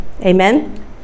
Amen